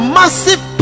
massive